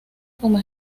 como